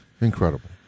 Incredible